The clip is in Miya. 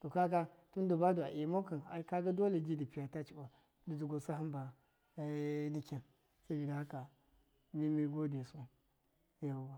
to kaga tɨnda badu aimaukan dole ji dɨ piya ta cɨɓɨ dɨ dʒɨgusɨ hanba nikin sabida haka mi mi godesu yauwa.